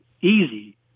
easy